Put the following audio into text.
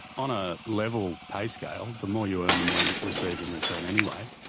on a level pay scale the more you earn the more you receive in return anyway,